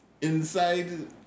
inside